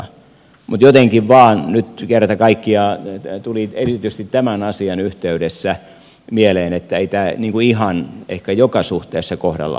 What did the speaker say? mutta jotenkin vain nyt kerta kaikkiaan tuli erityisesti tämän asian yhteydessä mieleen että ei tämä ihan ehkä joka suhteessa kohdallaan ole